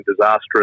disastrous